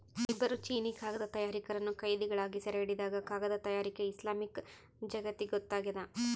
ಇಬ್ಬರು ಚೀನೀಕಾಗದ ತಯಾರಕರನ್ನು ಕೈದಿಗಳಾಗಿ ಸೆರೆಹಿಡಿದಾಗ ಕಾಗದ ತಯಾರಿಕೆ ಇಸ್ಲಾಮಿಕ್ ಜಗತ್ತಿಗೊತ್ತಾಗ್ಯದ